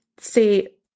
say